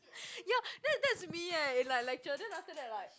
yo that's that's me eh in like lecture then after that like